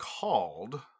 called